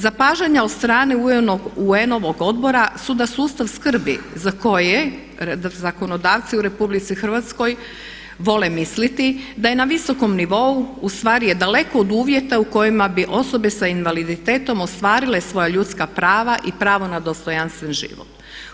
Zapažanja od strane UN-ovog odbora su da sustav skrbi za koje zakonodavce u Republici Hrvatskoj vole misliti da je na visokom nivou, u stvari je daleko od uvjeta u kojima bi osobe sa invaliditetom ostvarile svoja ljudska prav i pravo na dostojanstven život.